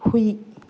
ꯍꯨꯏ